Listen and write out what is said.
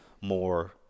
more